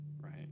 right